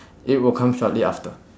it will come shortly after